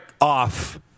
off